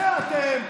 זה אתם,